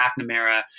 McNamara